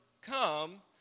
come